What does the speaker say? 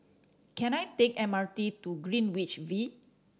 can I take M R T to Greenwich V